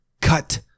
Cut